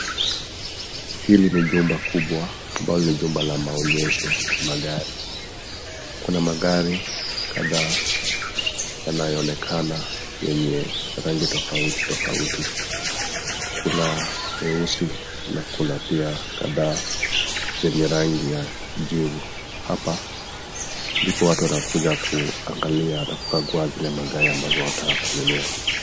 Hili ni jumba kubwa ambalo ni jumba la maonyesho ya magari. Kuna magari kadhaa yanayoonekana yenye rangi tofauti tofauti. Kuna weusi na kuna pia kadhaa chenye rangi ya jivu. Hapa ndipo watu wanakuja kuangalia na kukagua zile magari ambazo wanataka kununua.